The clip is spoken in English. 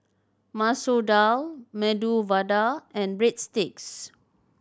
Masoor Dal Medu Vada and Breadsticks